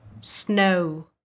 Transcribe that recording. snow